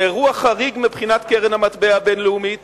זה אירוע חריג מבחינת קרן המטבע הבין-לאומית,